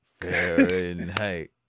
Fahrenheit